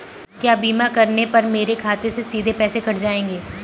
क्या बीमा करने पर मेरे खाते से सीधे पैसे कट जाएंगे?